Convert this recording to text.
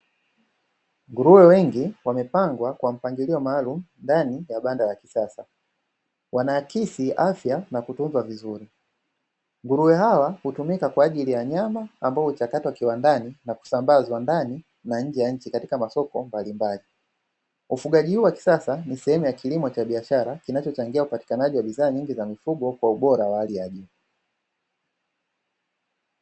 Nguruwe wengi wamepangwa kwa mpangilio maalum ndani ya banda la kisasa, wanaakisi afya na kutunzwa vizuri. Nguruwe hawa hutumika kwa ajili ya nyama ambayo huchakatwa kiwandani nakusambazwa ndani na nje ya nchi katikaa masoko mbalimbali. Ufugaji huu wakisasa ni sehemu yakilimo cha biashara kinachochangia upatikanaji wa bidhaa nyingi za mifugo kwa ubora wa hali ya juu.